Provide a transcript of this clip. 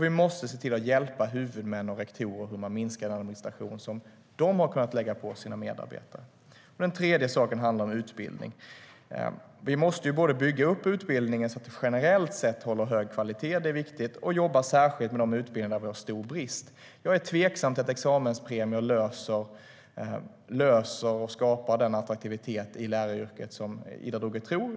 Vi måste också hjälpa huvudmän och rektorer med hur de kan minska den administration som de har kunnat lägga på sina medarbetare. Den tredje saken handlar om utbildning. Vi måste både bygga utbildningen så att den generellt sett håller hög kvalitet, vilket är viktigt, och jobba särskilt med de utbildningar där vi har stor brist. Jag är tveksam till att examenspremier löser problemet och skapar den attraktivitet i läraryrket som Ida Drougge tror.